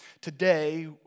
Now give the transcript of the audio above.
Today